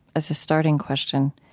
as a starting question,